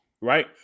right